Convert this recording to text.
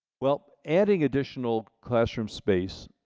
well, adding additional classroom space,